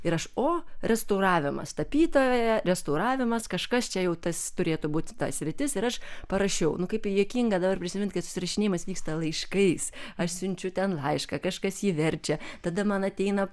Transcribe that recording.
ir aš o restauravimas tapytoja restauravimas kažkas čia jau tas turėtų būti ta sritis ir aš parašiau nu kaip juokinga dabar prisiminti kad susirašinėjimas vyksta laiškais aš siunčiu ten laišką kažkas jį verčia tada man ateina